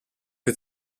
que